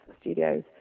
Studios